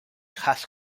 has